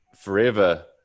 forever